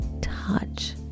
touch